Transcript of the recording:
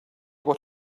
what